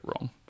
wrong